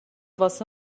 واسه